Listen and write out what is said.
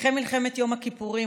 לקחי מלחמת יום הכיפורים,